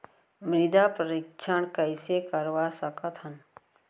मृदा परीक्षण कइसे करवा सकत हन?